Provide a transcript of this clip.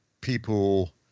people